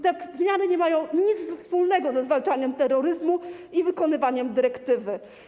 Te zmiany nie mają nic wspólnego ze zwalczaniem terroryzmu i wykonywaniem dyrektywy.